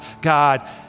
God